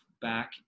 back